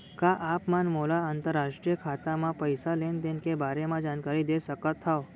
का आप मन मोला अंतरराष्ट्रीय खाता म पइसा लेन देन के बारे म जानकारी दे सकथव?